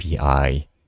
API